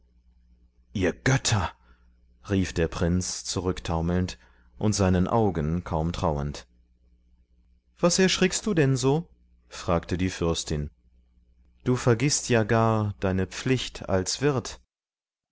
ihr götter rief der prinz zurücktaumelnd und seinen augen kaum trauend was erschrickst du denn so fragte die fürstin du vergißt ja gar deine pflicht als wirt